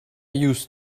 used